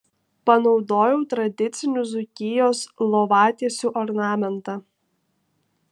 panaudojau tradicinių dzūkijos lovatiesių ornamentą